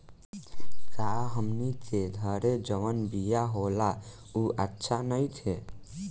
का हमनी के घरे जवन बिया होला उ अच्छा नईखे?